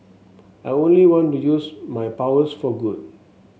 I only want to use my powers for good